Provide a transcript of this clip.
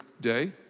day